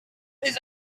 this